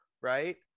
Right